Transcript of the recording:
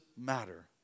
matter